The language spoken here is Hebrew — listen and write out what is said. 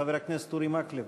חבר הכנסת אורי מקלב.